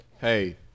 Hey